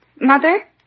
Mother